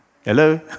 Hello